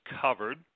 covered